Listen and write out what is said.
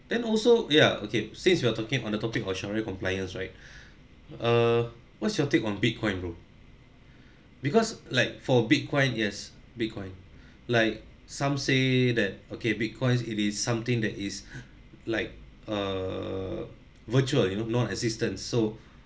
then also ya okay since we are talking on the topic of shariah compliance right uh what's your take on bitcoin bro because like for bitcoin yes bitcoin like some say that okay bitcoin it is something that is like err virtual you know non existent so